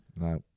no